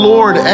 Lord